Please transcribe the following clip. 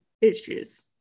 issues